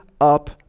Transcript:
up